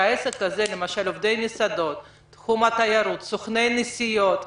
למשל, עובדי מסעדות, תחום התיירות, סוכני נסיעות.